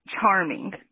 charming